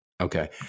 Okay